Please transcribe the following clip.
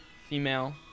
Female